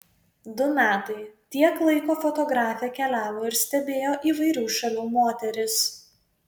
du metai tiek laiko fotografė keliavo ir stebėjo įvairių šalių moteris